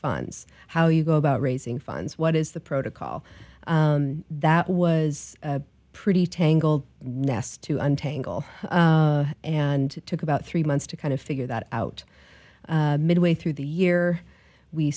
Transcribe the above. funds how you go about raising funds what is the protocol that was pretty tangled nest to untangle and took about three months to kind of figure that out midway through the year we